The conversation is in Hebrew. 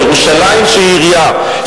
על ירושלים שהיא עירייה,